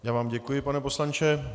Já vám děkuji, pane poslanče.